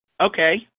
okay